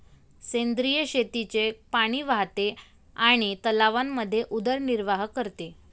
सेंद्रिय शेतीचे पाणी वाहते आणि तलावांमध्ये उदरनिर्वाह करते